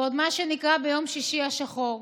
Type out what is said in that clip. ועוד במה שנקרא "יום שישי השחור".